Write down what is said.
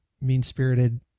mean-spirited